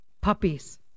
Puppies